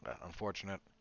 Unfortunate